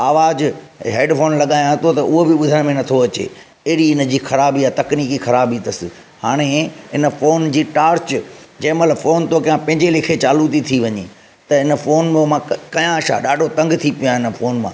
आवाज़ु headphone लॻायां थो त उहो बि ॿुधण में नथो अचे अहिड़ी इनजी ख़राबी आहे तकनीकी ख़राबी अथसि हाणे इन फोन जी टार्च जंहिं महिल फोन थो करियां पंहिंजे लेखे चालू थी थी वञें त इन फोन मूं मां क करियां छा ॾाढो तंगु थी पियो आहियां इन फोन मां